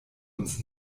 uns